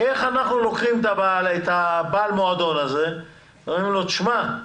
איך אנחנו לוקחים את בעל המועדון הזה ואומרים לו: תשמע,